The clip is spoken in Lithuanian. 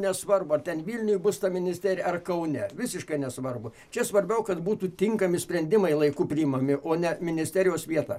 nesvarbu ar ten vilniuj bus ta ministerija ar kaune visiškai nesvarbu čia svarbiau kad būtų tinkami sprendimai laiku priimami o ne ministerijos vieta